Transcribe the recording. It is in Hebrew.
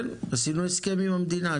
כן, עשינו הסכם עם המדינה.